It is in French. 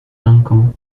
duncan